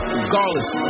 Regardless